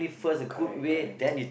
correct correct